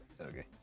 Okay